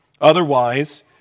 Otherwise